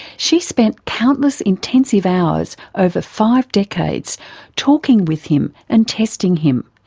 she spent countless intensive hours over five decades talking with him and testing him,